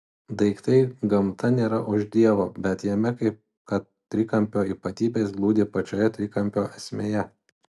daiktai gamta nėra už dievo bet jame kaip kad trikampio ypatybės glūdi pačioje trikampio esmėje